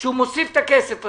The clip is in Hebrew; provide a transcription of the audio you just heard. שהוא מוסיף את הכסף הזה.